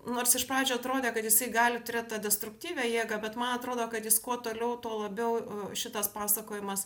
nors iš pradžių atrodė kad jisai gali turėt tą destruktyvią jėgą bet man atrodo kad jis kuo toliau tuo labiau šitas pasakojimas